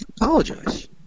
apologize